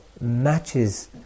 matches